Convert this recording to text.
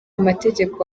mategeko